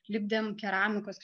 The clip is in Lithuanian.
lipdėm keramikos